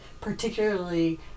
particularly